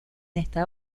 esta